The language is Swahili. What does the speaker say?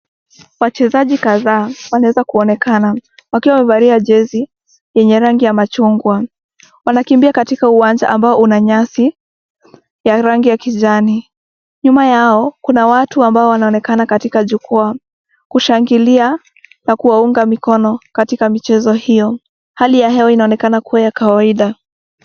Wachezaji kadhaa , wanaeza kuonekana, wakiwa wamevalia jezi yenye rangi ya machungwa, wanakimbia katika uwanja uko na nyasi ya rangi ya kijani, nyuma yao kuna watu ambao wanaonekana katika jukwa , kushangilia na kuwaunga mikono, katika michezo hiyo, hali ya hewa inaonekana kuwa ya kawaida.